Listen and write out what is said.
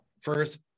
first